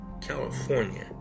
California